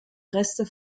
reste